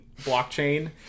blockchain